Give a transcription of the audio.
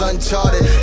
Uncharted